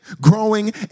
growing